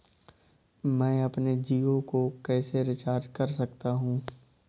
मैं अपने जियो को कैसे रिचार्ज कर सकता हूँ?